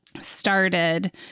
started